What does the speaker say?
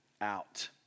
out